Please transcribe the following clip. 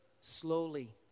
slowly